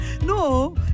No